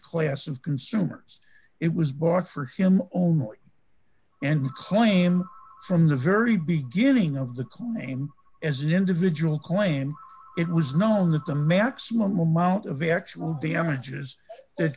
class of consumers it was bought for him only and claim from the very beginning of the claim as an individual claim it was known that the maximum amount of actual damages that